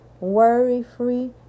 worry-free